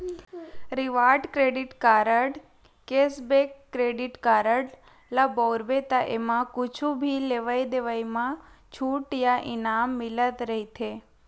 reward credit card, cashback credit card ल बउरबे त एमा कुछु भी लेवइ देवइ म छूट या इनाम मिलत रहिथे